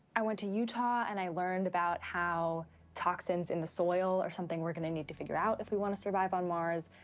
i went to utah and i learned about how toxins in the soil are something we're going to need to figure out if we want to survive on mars.